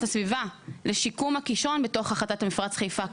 הסביבה לשיקום הקישון בתוך החלטת מפרץ חיפה,